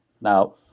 now